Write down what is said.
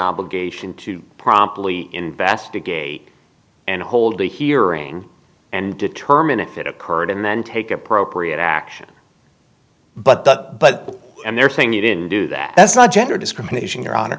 obligation to promptly investigate and hold a hearing and determine if it occurred and then take appropriate action but the but and they're saying you didn't do that that's not gender discrimination your honor